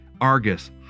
Argus